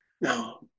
now